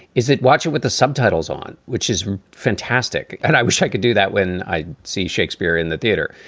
is it watch it with the subtitles on, which is fantastic. and i wish i could do that when i see shakespeare in the theater.